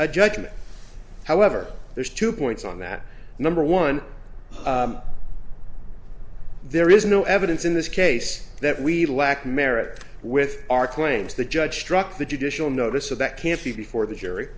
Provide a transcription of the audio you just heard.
a judgement however there's two points on that number one there is no evidence in this case that we lack merit with our claims the judge struck the judicial notice so that can't be for the jury